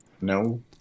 No